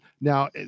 now